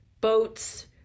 boats